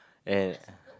there